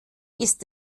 ist